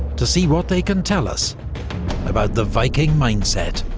to see what they can tell us about the viking mindset.